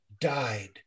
died